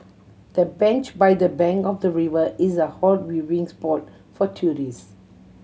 the bench by the bank of the river is a hot viewing spot for tourist